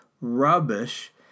rubbish